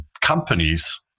companies